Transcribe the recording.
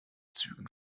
zügen